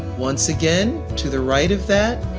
once again to the right of that,